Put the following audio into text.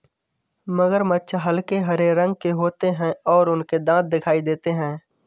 मगरमच्छ हल्के हरे रंग के होते हैं और उनके दांत दिखाई देते हैं